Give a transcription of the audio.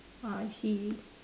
I see